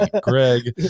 Greg